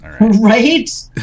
Right